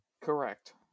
Correct